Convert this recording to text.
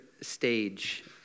stage